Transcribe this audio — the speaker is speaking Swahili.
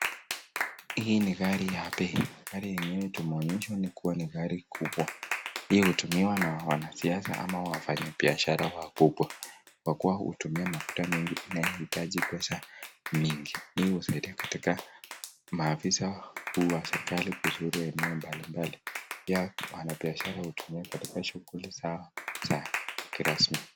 Hii ni gari ya bei. Gari yenyewe tunaonyeshwa ni kuwa ni gari kubwa. Hii hutumiwa na wanasiasa ama wafanyibiashara wakubwa, kwa kuwa hutumia mafuta mengi na inahitaji pesa nyingi. Hii husaidia katika maafisa kuu wa serikali kuzuru maeneo mbalimbali. Pia, wafanyabiashara hutumia katika shughuli zao za kirasmi.